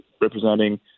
representing